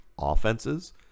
offenses